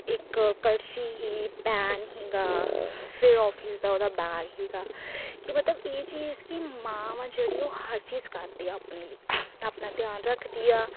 ਇੱਕ ਕੜਛੀ ਸੀ ਪੈਨ ਸੀਗਾ ਫਿਰ ਆਫਿਸ ਦਾ ਉਹਦਾ ਬੈਗ ਸੀਗਾ ਕਿ ਮਤਲਬ ਇਹ ਚੀਜ਼ ਕਿ ਮਾਂ ਵਾ ਜਿਹੜੀ ਉਹ ਹਰ ਚੀਜ਼ ਕਰਦੀ ਆ ਆਪਣੇ ਲਈ ਆਪਣਾ ਧਿਆਨ ਰੱਖਦੀ ਆ